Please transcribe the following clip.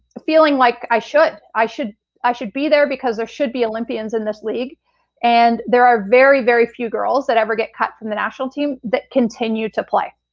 feeling like i should, i should i should be there because there should be olympians in this league and there are very, very few girls that ever get cut from the national team that continue to play.